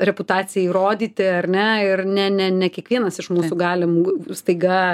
reputacijai įrodyti ar ne ir ne ne ne kiekvienas iš mūsų galim staiga